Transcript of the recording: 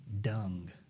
Dung